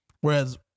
Whereas